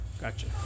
Gotcha